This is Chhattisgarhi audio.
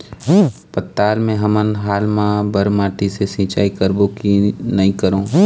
पताल मे हमन हाल मा बर माटी से सिचाई करबो की नई करों?